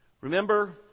Remember